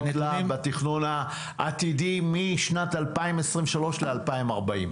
לה בתכנון העתידי משנת 2023 ל-2040.